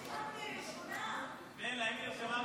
למה?